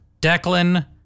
Declan